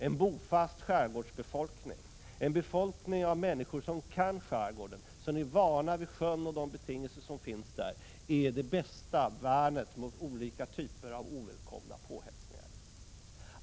En bofast skärgårdsbefolkning, människor som kan skärgården och som är vana vid sjön och de betingelser som finns där är det bästa värnet mot olika typer av ovälkomna påhälsningar.